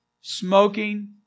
smoking